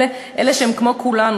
אלה שהם "כמו כולנו",